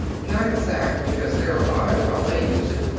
not exact, because they're alive while they use it.